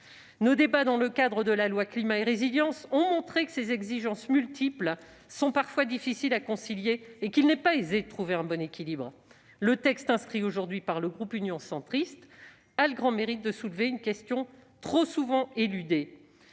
Les débats sur le projet de loi Climat et résilience l'ont montré : ces exigences multiples sont parfois difficiles à concilier et il n'est pas aisé de trouver un bon équilibre. Ce texte, inscrit à l'ordre du jour de nos travaux par le groupe Union Centriste, a le grand mérite de soulever une question trop souvent éludée